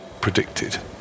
predicted